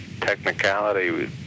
technicality